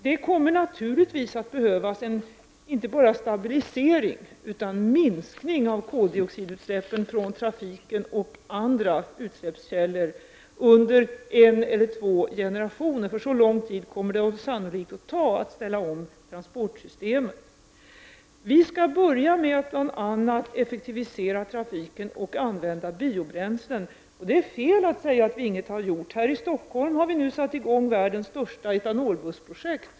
Naturligtvis kommer det att behövas inte bara en stabilisering utan även en minskning av koldioxidutsläppen från trafiken och andra utsläppskällor under en eller två generationer. Så lång tid kommer sannolikt en omställning av transportsystemet att ta. Vi skall börja med att bl.a. effektivisera trafiken och använda biobränslen. Det är fel att säga att vi ingenting har gjort. I Stockholm har vi satt i gång världens största etanolbussprojekt.